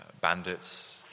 bandits